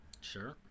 Sure